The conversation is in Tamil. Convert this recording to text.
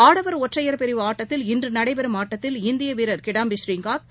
ஆடவர் ஒற்றையர் பிரிவு ஆட்டத்தில் இன்றுநடைபெறும் ஆட்டத்தில் இந்தியவீரர் கிடாம்பி புரீகாந்த்